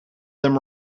them